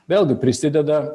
vėlgi prisideda